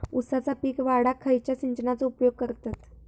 ऊसाचा पीक वाढाक खयच्या सिंचनाचो उपयोग करतत?